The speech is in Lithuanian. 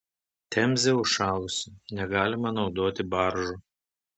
temzė užšalusi negalima naudoti baržų